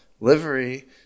Livery